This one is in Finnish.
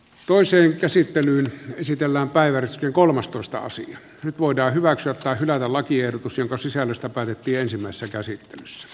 toiseen käsittelyyn esitellään päivän kolmastoista nyt voidaan hyväksyä tai hylätä lakiehdotus jonka sisällöstä päätettiin ensimmäisessä käsittelyssä